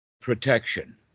Protection